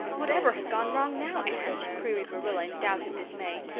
whatever has gone wrong now, anne? queried marilla in doubt and dismay.